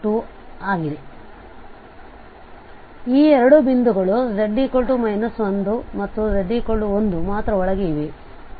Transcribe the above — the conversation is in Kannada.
ಆದ್ದರಿಂದ ಈ ಎರಡು ಬಿಂದುಗಳು z 1 ಮತ್ತು z 1 ಮಾತ್ರ ಒಳಗೆ ಇವೆ